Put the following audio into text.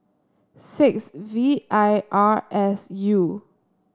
six V I R S U